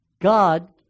God